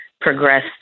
progress